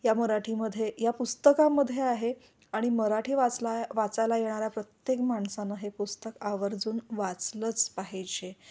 या मराठीमध्ये या पुस्तकामध्ये आहे आणि मराठी वाचला वाचायला येणाऱ्या प्रत्येक माणसनं हे पुस्तक आवर्जून वाचलंच पाहिजे